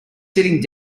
sitting